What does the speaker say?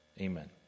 Amen